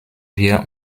wir